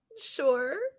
Sure